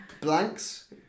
blanks